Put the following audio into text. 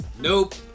Nope